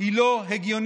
היא לא הגיונית